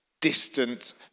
distant